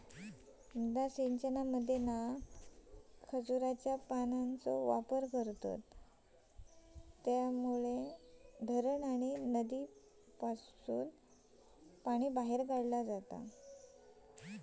मुद्दा सिंचनामध्ये खजुराच्या पानांचो वापर करून धरण किंवा नदीसून पाणी काढला जाता